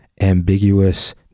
ambiguous